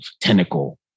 tentacle